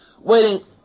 Waiting